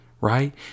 right